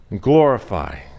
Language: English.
glorify